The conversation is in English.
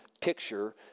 Picture